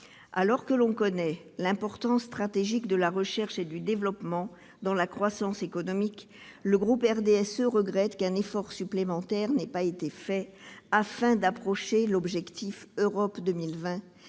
Alors que l'on connaît l'importance stratégique de la recherche et développement dans la croissance économique, le groupe du RDSE regrette qu'un effort supplémentaire n'ait pas été fait afin d'approcher l'objectif Europe 2020,